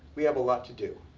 we have a lot to do.